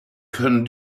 können